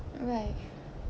right